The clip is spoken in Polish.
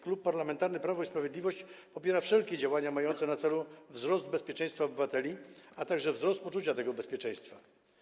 Klub Parlamentarny Prawo i Sprawiedliwość popiera wszelkie działania mające na celu wzrost bezpieczeństwa obywateli, a także wzrost poczucia tego bezpieczeństwa.